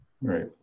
Right